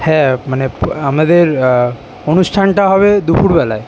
হ্যাঁ মানে আমাদের অনুষ্ঠানটা হবে দুপুরবেলায়